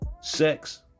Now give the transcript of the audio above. sex